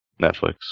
Netflix